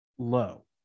low